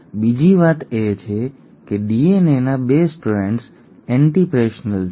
બીજી વાત એ છે કે ડીએનએના 2 સ્ટ્રેન્ડ્સ એન્ટિપ્રેશનલ છે